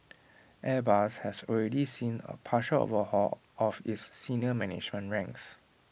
airbus has already seen A partial overhaul of its senior management ranks